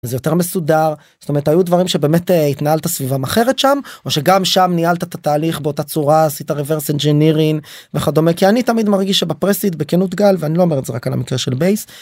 זה יותר מסודר זאת אומרת היו דברים שבאמת התנהלת סביבם אחרת שם או שגם שם נהלת את התהליך באותה צורה עשית reverse engineering וכדומה כי אני תמיד מרגיש בפרסיד בכנות גל ואני לא אומר את זה רק על המקרה של בייס.